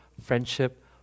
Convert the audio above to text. friendship